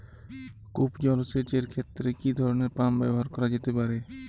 কূপ জলসেচ এর ক্ষেত্রে কি ধরনের পাম্প ব্যবহার করা যেতে পারে?